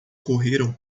correram